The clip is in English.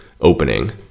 opening